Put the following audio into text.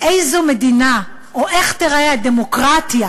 איזו מדינה, איך תיראה הדמוקרטיה